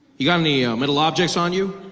you got any metal objects on you?